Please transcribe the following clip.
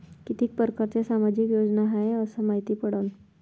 कितीक परकारच्या सामाजिक योजना हाय कस मायती पडन?